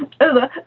over